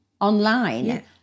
online